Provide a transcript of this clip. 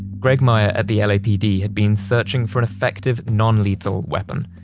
greg meyer at the lapd had been searching for an effective non-lethal weapon.